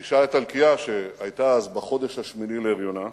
האשה האיטלקייה, שהיתה אז בחודש השמיני להריונה,